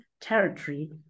Territory